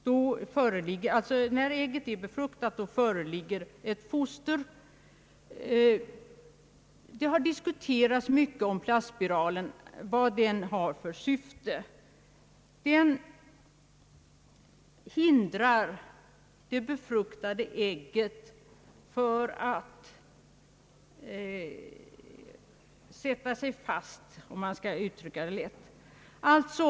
Då ägget blivit befruktat föreligger ett foster. Det har diskuterats mycket vilken effekt plastspiralen har. Den hindrar det befruktade ägget från att sätta sig fast, om man skall uttrycka det lättbegripligt.